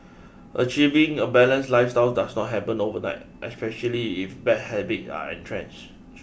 achieving a balanced lifestyle does not happen overnight especially if bad habits are entrenched